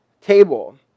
table